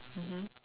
mmhmm